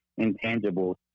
intangibles